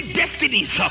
destinies